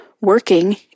working